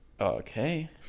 Okay